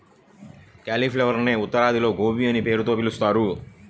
క్యాలిఫ్లవరునే ఉత్తరాదిలో గోబీ అనే పేరుతో పిలుస్తారు